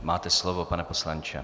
Máte slovo, pane poslanče.